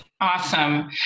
Awesome